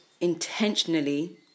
intentionally